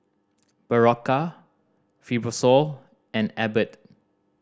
Berocca Fibrosol and Abbott